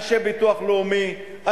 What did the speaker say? אנשי ביטוח לאומי,